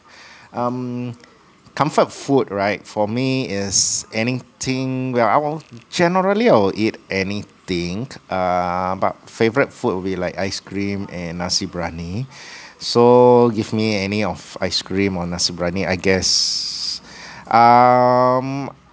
um comfort food right for me is anything well I'll generally I will eat anything err but favourite food will be like ice cream and nasi briyani so give me any of ice cream or nasi briyani I guess um